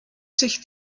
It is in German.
sich